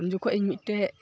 ᱩᱱ ᱡᱚᱠᱷᱚᱱ ᱤᱧ ᱢᱤᱫᱴᱮᱡ